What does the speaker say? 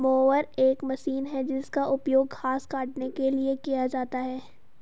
mower एक मशीन है जिसका उपयोग घास काटने के लिए किया जाता है